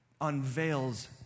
unveils